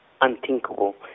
unthinkable